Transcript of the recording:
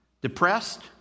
Depressed